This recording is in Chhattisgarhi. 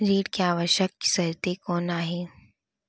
ऋण के आवश्यक शर्तें कोस आय?